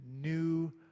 new